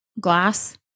glass